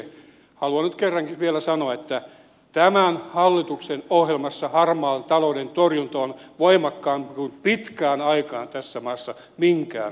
haluan nyt kerrankin vielä sanoa että tämän hallituksen ohjelmassa harmaan talouden torjunta on voimakkaammin kuin pitkään aikaan tässä maassa minkään hallituksen ohjelmassa